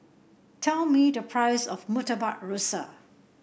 tell me the price of Murtabak Rusa